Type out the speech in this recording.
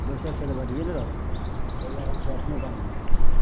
दोसरसे तऽ बढ़िएँ ने रहतै ताहि दुआरे हमसभ अपने बान्हि दै छिए